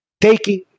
taking